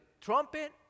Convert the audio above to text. trumpet